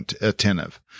attentive